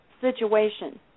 situation